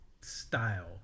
style